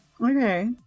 Okay